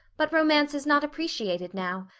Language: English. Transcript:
but romance is not appreciated now.